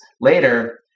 later